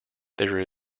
there